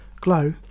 glow